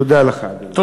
תודה לך, אדוני.